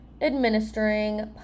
administering